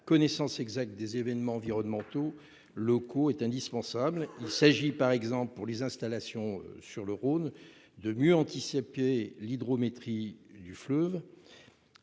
connaissance exacte des événements environnementaux locaux est indispensable. Il s'agit par exemple, pour les installations sur le Rhône, de mieux anticiper l'hydrométrie du fleuve,